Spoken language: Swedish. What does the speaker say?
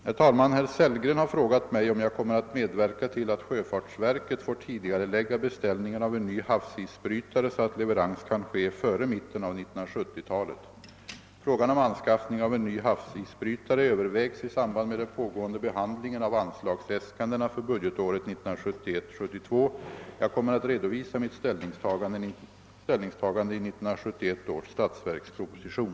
Herr talman! Herr Sellgren har frågat mig, om jag kommer att medverka till att sjöfartsverket får tidigarelägga beställningen av en ny havsisbrytare, så att leverans kan ske före mitten av 1970-talet. Frågan om anskaffning av en ny havsisbrytare övervägs i samband med den pågående behandlingen av anslagsäskandena för budgetåret 1971/72. Jag kommer att redovisa mitt ställningstagande i 1971 års statsverksproposition.